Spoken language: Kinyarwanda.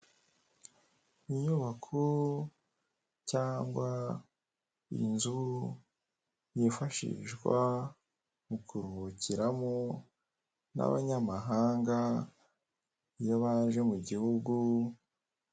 Inyubako cyangwa inzu yifashishwa mu kuruhukiramo n'abanyamahanga iyo baje mu gihugu,